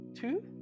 Two